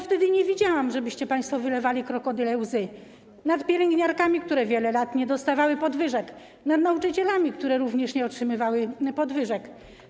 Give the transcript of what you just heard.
Wtedy nie widziałam, żebyście państwo wylewali krokodyle łzy nad pielęgniarkami, które wiele lat nie dostawały podwyżek, nad nauczycielami, którzy również nie otrzymywali podwyżek.